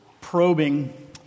probing